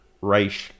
Reich